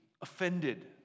offended